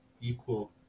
equal